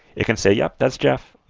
it can say, yup, that's jeff.